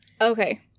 Okay